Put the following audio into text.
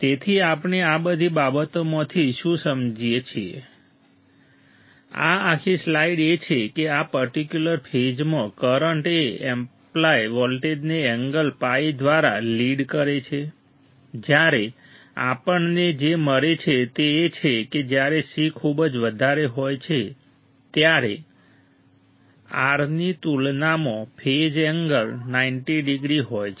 તેથી આપણે આ બધી બાબતોમાંથી શું સમજીએ છીએ આ આખી સ્લાઇડ એ છે કે આ પર્ટિક્યુલર ફેઝમાં કરંટ એ એપ્લાય વોલ્ટેજને એન્ગલ phi દ્વારા લીડ કરે છે ત્યારે આપણને જે મળે છે તે એ છે કે જ્યારે C ખૂબ વધારે હોય છે ત્યારે R ની તુલનામાં ફેઝ એંગલ 90 ડિગ્રી હોય છે